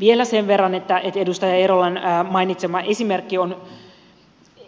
vielä sen verran että edustaja eerolan mainitsema esimerkki